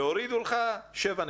והורידו לך שבע נקודות,